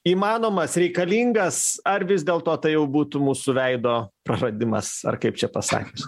įmanomas reikalingas ar vis dėlto tai jau būtų mūsų veido praradimas ar kaip čia pasakius